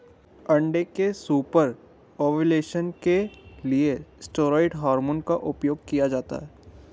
अंडे के super ovulation के लिए स्टेरॉयड हार्मोन का उपयोग किया जाता है